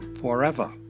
forever